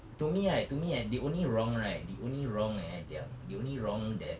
to me right to me eh the only wrong right they only wrong eh yang the you only wrong that